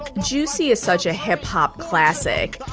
juicy is such a hip hop classic.